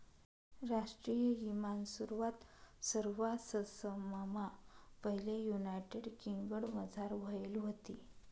राष्ट्रीय ईमानी सुरवात सरवाससममा पैले युनायटेड किंगडमझार व्हयेल व्हती